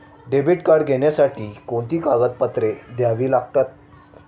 Debit card घेण्यासाठी कोणती कागदपत्रे द्यावी लागतात?